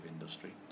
industry